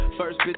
First